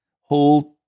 hold